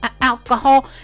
alcohol